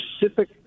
specific